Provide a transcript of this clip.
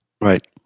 right